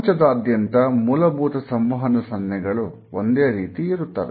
ಪ್ರಪಂಚದಾದ್ಯಂತ ಮೂಲಭೂತ ಸಂವಹನ ಸನ್ನೆಗಳು ಒಂದೇ ರೀತಿ ಇರುತ್ತವೆ